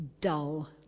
dull